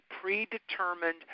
predetermined